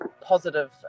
positive